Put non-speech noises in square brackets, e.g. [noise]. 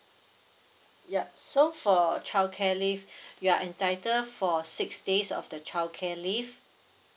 yup so for childcare leave [breath] you are entitled for six days of the childcare leave